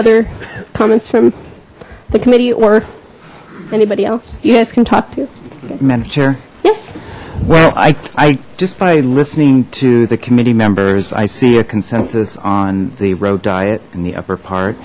other comments from the committee or anybody else you guys can talk to manager yes well i just by listening to the committee members i see a consensus on the road diet in the upper part